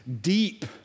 deep